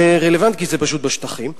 זה רלוונטי, כי זה פשוט בשטחים.